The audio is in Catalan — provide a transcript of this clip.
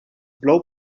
plou